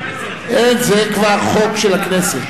זה כבר חוק של הכנסת.